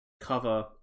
cover